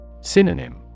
Synonym